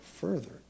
further